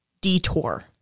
detour